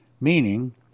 Meaning